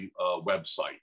website